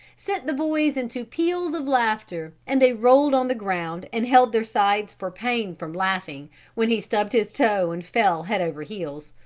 sent the boys into peals of laughter, and they rolled on the ground and held their sides for pain from laughing when he stubbed his toe and fell head over heels,